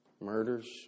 Murders